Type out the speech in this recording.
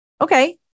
okay